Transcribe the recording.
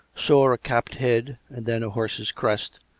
saw a capped head, and then a horse's crest,